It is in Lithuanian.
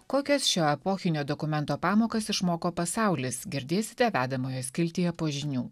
kokias šio epochinio dokumento pamokas išmoko pasaulis girdėsite vedamojo skiltyje po žinių